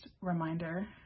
reminder